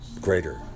greater